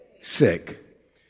sick